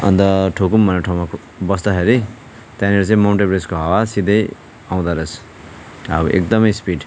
अन्त थोकुम भन्ने ठाउँमा बस्दाखेरि त्यहाँनिर चाहिँ माउन्ट एभरेस्टको हावा सिधै आउँदोरहेछ अब एकदमै स्पिड